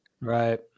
Right